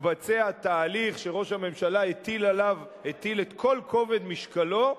התבצע תהליך שראש הממשלה הטיל עליו את כל כובד משקלו,